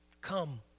come